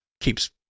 keeps